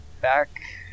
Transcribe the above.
back